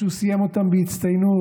שהוא סיים אותם בהצטיינות,